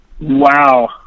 Wow